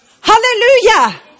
Hallelujah